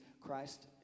Christ